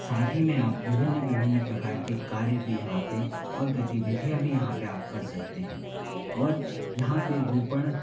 साथ ही में आप विभिन्न विभिन्न प्रकार के कार्य भी यहाँ पे और गतिविधियाँ भी यहाँ पे आप कर सकते हैं और यहाँ पे रोपण